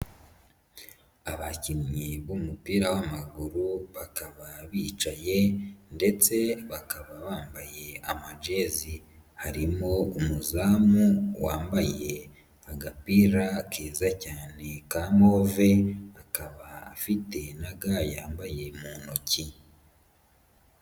Abakinnyi b'umupira w'amaguru, bakaba bicaye ndetse bakaba bambaye amajezi. Harimo umuzamu wambaye agapira keza cyane ka move, akaba afite na ga yambaye mu ntoki.